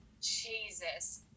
jesus